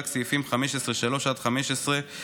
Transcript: רק סעיפים 15(3) עד 15(5),